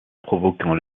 provoquant